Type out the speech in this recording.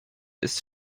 ist